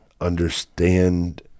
understand